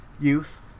youth